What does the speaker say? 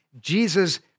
Jesus